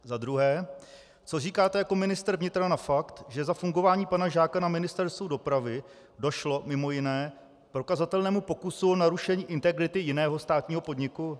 Za druhé, co říkáte jako ministr vnitra na fakt, že za fungování pana Žáka na Ministerstvu dopravy došlo mimo jiné k prokazatelnému pokusu narušení integrity jiného státního podniku.